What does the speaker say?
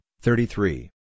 thirty-three